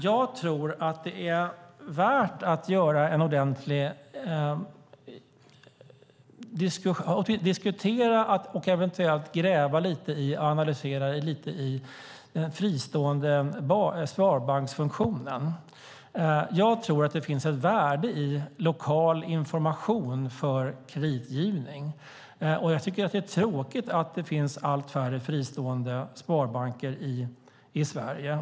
Jag tror att det är värt att diskutera och eventuellt gräva lite i och analysera den fristående sparbanksfunktionen. Jag tror att det finns ett värde i lokal information för kreditgivning. Jag tycker att det är tråkigt att det finns allt färre fristående sparbanker i Sverige.